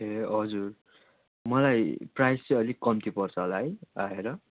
ए हजुर मलाई प्राइस चाहिँ अलिक कम्ती पर्छ होला है आएर